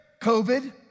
COVID